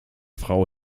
frau